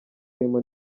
urimo